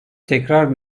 tekrar